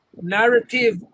narrative